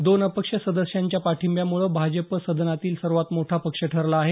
दोन अपक्ष सदस्यांच्या पाठिंब्यामुळं भाजप सदनातील सर्वात मोठा पक्ष ठरला आहे